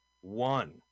one